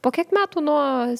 po kiek metų nuo